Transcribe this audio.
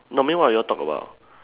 normally what you all talk about